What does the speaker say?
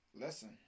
Listen